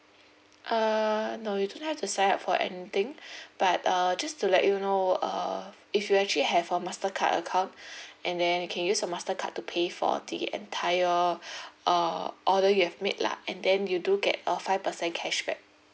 uh no you don't have to sign up for anything but uh just to let you know uh if you actually have a mastercard account and then you can use a mastercard to pay for the entire uh order you have made lah and then you do get a five percent cashback